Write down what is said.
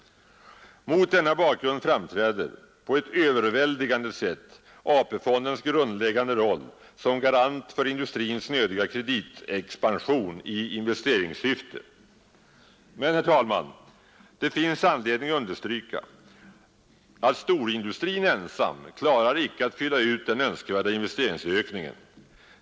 Mot denna bakgrund framträder — på ett överväldigande sätt — AP-fondens grundläggande roll som garant för industrins nödiga kreditexpansion i investeringssyfte. Men, herr talman, det finns anledning understryka att storindustrin ensam klarar icke att fylla ut den önskvärda investeringsökningen.